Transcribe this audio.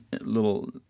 little